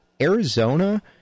Arizona